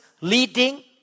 leading